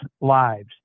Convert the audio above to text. lives